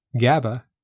GABA